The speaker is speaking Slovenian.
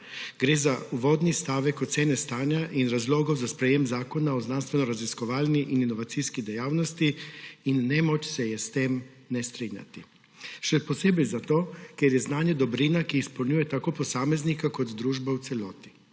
Gre za uvodni stavek ocene stanja in razlogov za sprejem zakona o znanstvenoraziskovalni in inovacijski dejavnosti in nemoč se je s tem ne strinjati, še posebej zato, ker je znanje dobrina, ki izpolnjuje tako posameznika kot družbo v celoti.